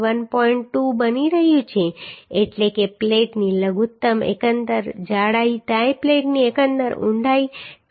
2 બની રહ્યું છે એટલે કે પ્લેટની લઘુત્તમ એકંદર જાડાઈ ટાઈ પ્લેટની એકંદર ઊંડાઈ 291